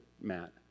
Matt